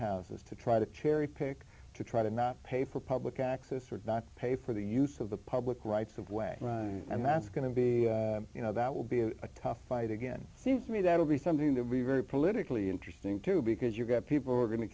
houses to try to cherry pick to try to not pay for public access or pay for the use of the public rights of way and that's going to be you know that will be a tough fight again seems to me that will be something that will be very politically interesting too because you've got people who are going to